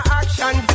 action